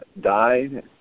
died